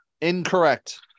Incorrect